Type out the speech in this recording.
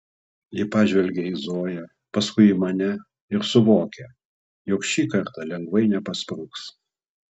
ji pažvelgia į zoją paskui į mane ir suvokia jog šį kartą lengvai nepaspruks